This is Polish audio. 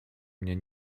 mnie